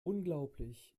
unglaublich